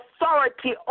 authority